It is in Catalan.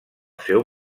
seu